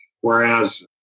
whereas